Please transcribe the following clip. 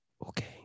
Okay